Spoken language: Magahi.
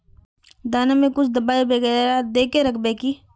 दाना में कुछ दबाई बेगरा दय के राखबे की?